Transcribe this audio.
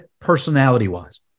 personality-wise